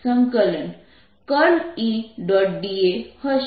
da હશે